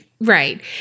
Right